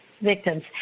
victims